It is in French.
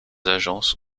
agences